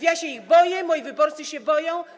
Ja się ich boję, moi wyborcy się boją.